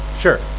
sure